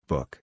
Book